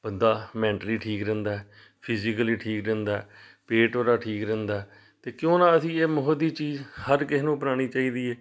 ਬੰਦਾ ਮੈਂਟਲੀ ਠੀਕ ਰਹਿੰਦਾ ਫਿਜੀਕਲੀ ਠੀਕ ਰਹਿੰਦਾ ਪੇਟ ਉਹਦਾ ਠੀਕ ਰਹਿੰਦਾ ਤਾਂ ਕਿਉਂ ਨਾ ਅਸੀਂ ਇਹ ਮੁਫ਼ਤ ਦੀ ਚੀਜ਼ ਹਰ ਕਿਸੇ ਨੂੰ ਅਪਣਾਉਣੀ ਚਾਹੀਦੀ ਹੈ